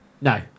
No